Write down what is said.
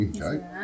Okay